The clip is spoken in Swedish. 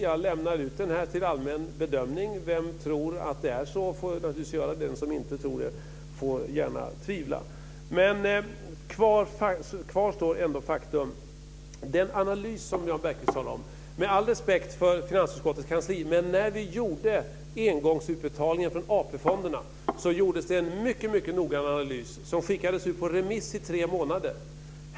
Jag lämnar ut det till allmän bedömning. Den som tror att det är så får naturligtvis göra det, den som inte tror det får gärna tvivla. Men kvar står ändå faktum. Med all respekt för finansutskottets kansli, men när vi gjorde engångsutbetalningen från AP-fonderna gjordes det en mycket noggrann analys som skickades ut på remiss i tre månader.